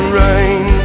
rain